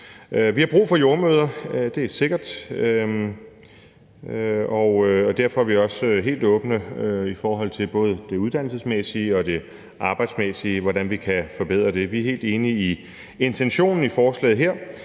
Vi har brug for jordemødre – det er sikkert – og derfor er vi også helt åbne i forhold til både det uddannelsesmæssige og det arbejdsmæssige, altså hvordan vi kan forbedre det. Vi er helt enige i intentionen i forslaget her,